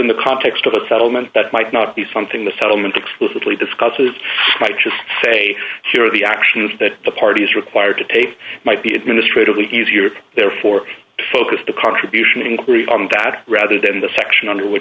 in the context of a settlement that might not be something the settlement explicitly discusses might just say here are the actions that the party is required to take might be administratively easier therefore focus the contribution and on that rather than the section under which